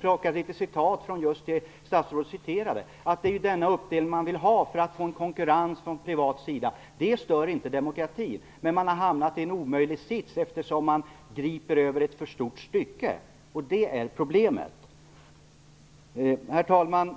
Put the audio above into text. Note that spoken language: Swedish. plockar några citat från det som statsrådet just citerade. Det är ju denna uppdelning man vill ha för att få en konkurrens från privat sida. Det stör inte demokratin. Men man ha hamnat i en omöjlig sits eftersom man griper efter ett för stort stycke. Det är problemet. Herr talman!